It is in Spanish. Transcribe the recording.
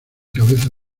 cabeza